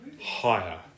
Higher